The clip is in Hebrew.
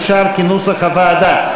אושר כנוסח הוועדה.